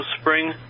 Spring